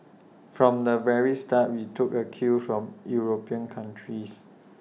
from the very start we took A cue from european countries